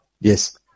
Yes